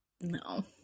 No